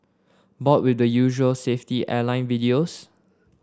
bored with the usual safety airline videos